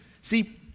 See